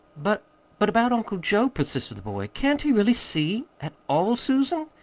but but about uncle joe, persisted the boy. can't he really see at all, susan?